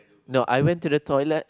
no I went to the toilet